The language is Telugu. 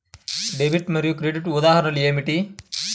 డెబిట్ మరియు క్రెడిట్ ఉదాహరణలు ఏమిటీ?